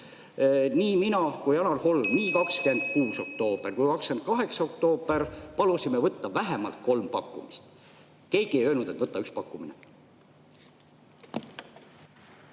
Nii mina kui ka Janar Holm, nii 26. oktoobril kui ka 28. oktoobril palusime võtta vähemalt kolm pakkumist. Keegi ei öelnud, et võta üks pakkumine.